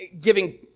giving